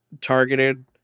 targeted